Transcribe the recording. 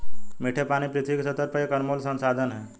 मीठे पानी पृथ्वी की सतह पर एक अनमोल संसाधन है